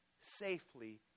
safely